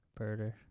Birder